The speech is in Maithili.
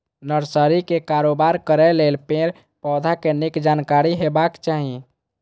नर्सरीक कारोबार करै लेल पेड़, पौधाक नीक जानकारी हेबाक चाही